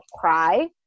cry